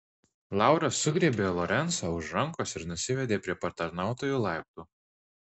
laura sugriebė lorencą už rankos ir nusivedė prie patarnautojų laiptų